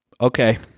okay